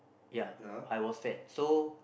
ya I was fat so